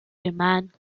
demand